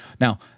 Now